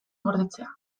gordetzea